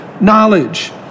knowledge